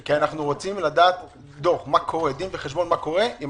כי אנחנו רוצים דין וחשבון מה קורה.